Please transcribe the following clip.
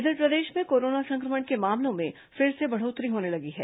इधर प्रदेश में कोरोना संक्रमण के मामलों में फिर से बढ़ोत्तरी होने लगी है